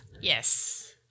Yes